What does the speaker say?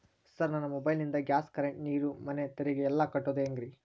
Sir ನನ್ನ mobile ನಿಂದ gas, current, ನೇರು, ಮನೆ ತೆರಿಗೆ ಎಲ್ಲಾ ಕಟ್ಟೋದು ಹೆಂಗ್ರಿ?